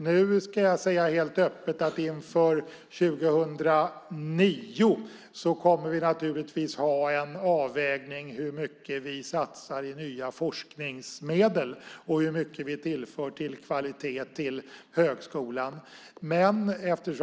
Nu ska jag helt öppet säga att inför 2009 kommer vi naturligtvis att ha en avvägning om hur mycket vi satsar i nya forskningsmedel och hur mycket vi tillför i kvalitet på högskolan.